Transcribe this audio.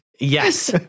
Yes